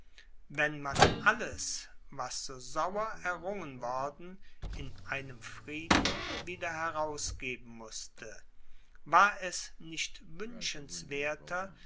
wenn man alles was so sauer errungen worden in einem frieden wieder herausgeben mußte war es nicht wünschenswerter